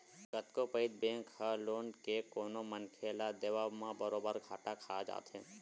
कतको पइत बेंक ह लोन के कोनो मनखे ल देवब म बरोबर घाटा खा जाथे